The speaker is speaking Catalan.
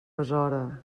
besora